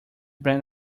brand